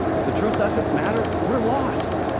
if the truth doesn't matter, we're lost.